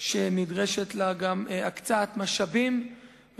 שנדרשת לה גם הקצאת משאבים,